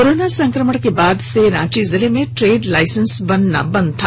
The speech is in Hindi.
कोरोना संक्रमण के बाद से रांची जिले में ट्रेड लाइसेंस बनना बंद था